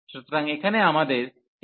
সুতরাং এখানে আমাদের x